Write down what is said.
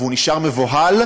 והוא נשאר מבוהל,